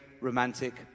romantic